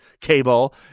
cable